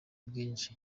bwinshi